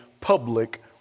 public